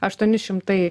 aštuoni šimtai